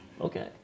Okay